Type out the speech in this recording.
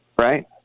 right